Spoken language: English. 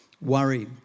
worry